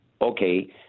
okay